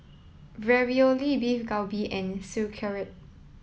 Ravioli Beef Galbi and Sauerkraut